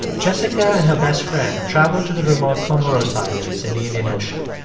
jessica and her best friend traveled to the remote comoros islands in the indian ocean.